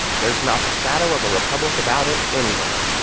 there's not the shadow of a republic about it anywhere.